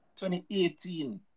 2018